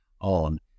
on